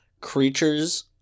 creatures